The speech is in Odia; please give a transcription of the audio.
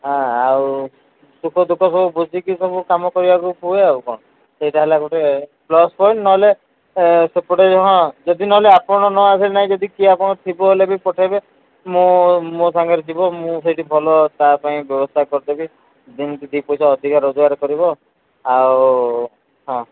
ହଁ ଆଉ ସୁଖ ଦୁଃଖ ସବୁ ବୁଝି କି ସବୁ କାମ କରିବାକୁ ହୁଏ ଆଉ କ'ଣ ସେଇଟା ହେଲା ଗୋଟେ ପ୍ଲସ୍ ପଏଣ୍ଟ୍ ନ ହେଲେ ସେପଟେ ହଁ ଯଦି ନ ହେଲେ ଆପଣ ନ ଆସିଲେ ନାଇ ଯଦି କିଏ ଆପଣଙ୍କର ଥିବ ବୋଲେ ପଠେଇବେ ମୋ ମୋ ସାଙ୍ଗରେ ଯିବ ମୁଁ ସେଠି ଭଲ ତା ପାଇଁ ବ୍ୟବସ୍ଥା କରିଦେବି ଯେମିତି ଦୁଇ ପଇସା ଅଧିକା ରୋଜଗାର କରିବ ଆଉ ହଁ